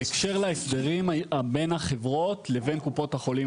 בהקשר להסדרים בין החברות לבין קופות החולים,